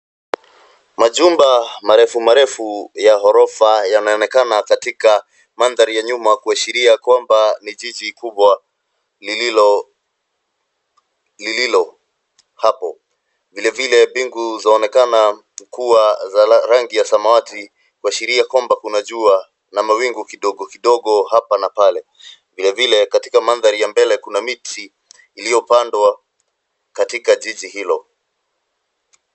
Majumba marefu marefu ya ghorofa yanaonekana katika mandhari ya nyuma kuashiria kwamba ni jiji kubwa lililo hapo. Vilevile mbingu zaonekana kuwa za rangi ya samawati kuashiria kwamba kuna jua na mawingu kidogo kidogo hapa na pale. Vilevile katika mandhari ya mbele kuna miti iliyopandwa katika jiji hilo.